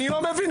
אני לא מבין,